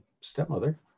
stepmother